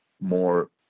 more